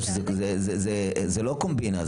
זה לא קומבינה,